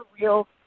real